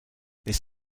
this